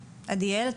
עדיאל.